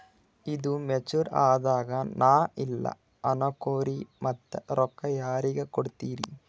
ಈದು ಮೆಚುರ್ ಅದಾಗ ನಾ ಇಲ್ಲ ಅನಕೊರಿ ಮತ್ತ ರೊಕ್ಕ ಯಾರಿಗ ಕೊಡತಿರಿ?